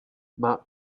mark